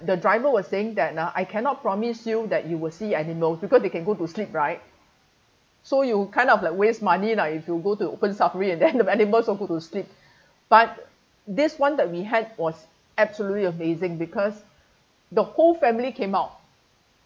the driver was saying that ah I cannot promise you that you will see animal because they can go to sleep right so you kind of like waste money lah if you go to open safari and then the animals all go to sleep but this [one] that we had was absolutely amazing because the whole family came out